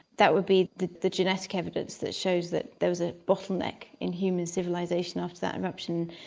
that would be the the genetic evidence that shows that there was a bottleneck in human civilisation after that eruption,